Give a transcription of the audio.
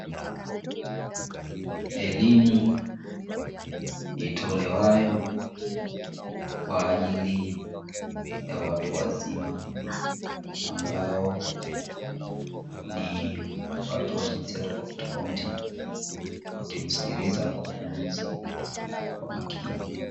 Elimu itolewayo kwa ajili ya watu wazima ambao ni watu wa jinsia tofautitofauti, wakimsikiliza mkufunzi kwa makini.